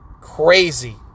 Crazy